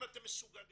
אם אתם מסוגלים